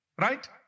right